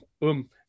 boom